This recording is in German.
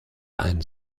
einen